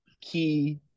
key